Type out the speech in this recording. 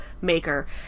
maker